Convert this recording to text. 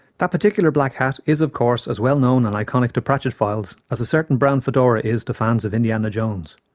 that particular black hat is of course as well known and iconic to pratchettphiles as a certain brown fedora is to fans of indiana jones.